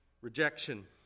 rejection